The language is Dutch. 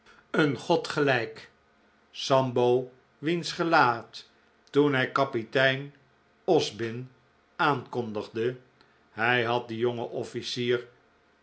een god gelijk sambo wiens gelaat toen hij kapitein osbin aankondigde hij had dien jongen offlcier